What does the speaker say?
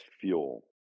fuel